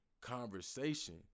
conversation